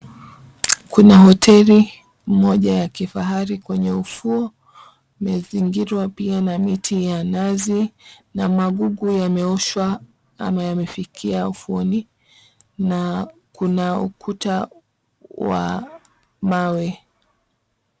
Kuna hoteli moja ya kifahari kwenye ufuo, umezingirwa pia na miti ya nazi na magugu yameoshwa ama yamefikia ufuoni na kuna ukuta wa mawe.